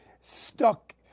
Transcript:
stuck